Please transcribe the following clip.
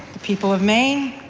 people of maine,